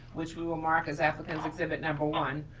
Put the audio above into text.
which we will mark as applicant's exhibit number one.